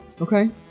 Okay